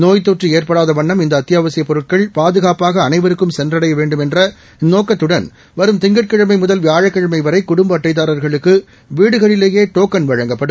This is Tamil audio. நோய்த் தொற்றுஏற்படாதவண்ணம் இந்தஅத்தியாவசியப் பொருட்கள் பாதுகாப்பாக அனைவருக்கும் சென்றடையவேண்டும் என்ற்நோக்கத்துடன் வரும் திங்கட்கிழமைமுதல் வியாழக்கிழமைவரகுடும்பஅட்டைதாரர்களுக்குவீடுகளிலேயேடோக்கள் வழங்கப்படும்